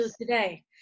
today